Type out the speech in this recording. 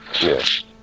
Yes